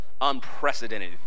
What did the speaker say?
Unprecedented